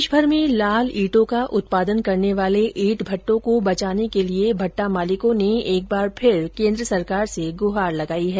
देशभर में लाल ईटों का उत्पादन करने वाले ईट भट्टों को बचाने के लिए भट्टा मालिकों ने एक बार फिर केन्द्र सरकार से गुहार लगाई है